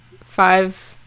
five